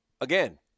again